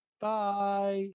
Bye